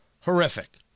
horrific